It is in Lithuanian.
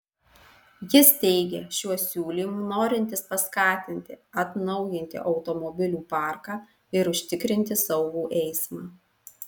jis teigia šiuo siūlymu norintis paskatinti atnaujinti automobilių parką ir užtikrinti saugų eismą